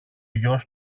γιος